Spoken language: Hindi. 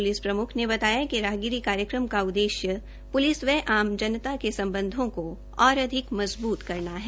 प्लिस प्रम्ख ने बताया कि राहगिरी कार्यक्रम का उद्देश प्लिस व आज जनता के सम्बधों के और अधिक मजबूत कराना है